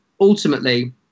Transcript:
ultimately